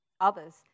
Others